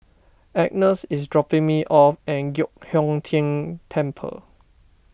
Agnes is dropping me off at Giok Hong Tian Temple